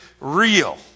real